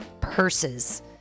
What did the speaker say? purses